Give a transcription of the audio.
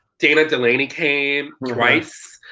dana delaney came twice.